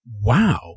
wow